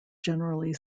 generally